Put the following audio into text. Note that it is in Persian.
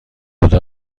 خدا